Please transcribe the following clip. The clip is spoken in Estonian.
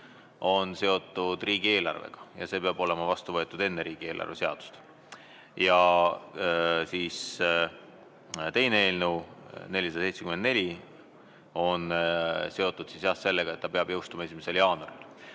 on seotud riigieelarvega ja see peab olema vastu võetud enne riigieelarve seadust. Ja teine eelnõu, 474 SE, on seotud sellega, et ta peab jõustuma 1. jaanuaril.